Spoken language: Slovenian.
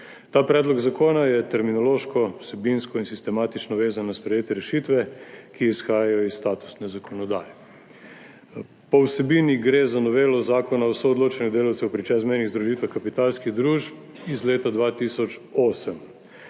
Ta predlog zakona je terminološko, vsebinsko in sistematično vezan na sprejete rešitve, ki izhajajo iz statusne zakonodaje. Po vsebini gre za novelo Zakona o soodločanju delavcev pri čezmejnih združitvah kapitalskih družb iz leta 2008,